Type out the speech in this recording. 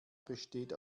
besteht